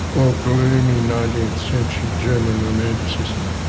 or gloomy nineteenth century german romanticism?